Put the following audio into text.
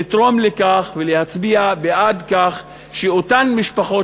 לתרום לכך ולהצביע בעד כך שאותן משפחות